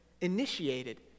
initiated